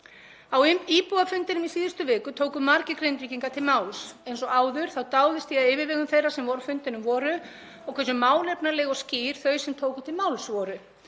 Á íbúafundinum í síðustu viku tóku margir Grindvíkingar til máls. Eins og áður þá dáðist ég að yfirvegun þeirra sem voru á fundinum og hversu málefnaleg og skýr þau voru sem tóku til máls.